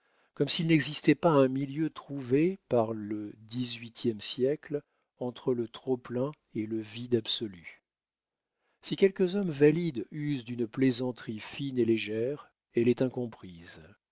comme s'il n'existait pas un milieu trouvé par le dix-huitième siècle entre le trop plein et le vide absolu si quelques hommes valides usent d'une plaisanterie fine et légère elle est incomprise